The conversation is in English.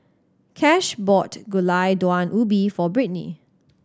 Cash bought Gulai Daun Ubi for Britni